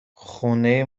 خونه